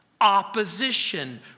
Opposition